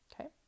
Okay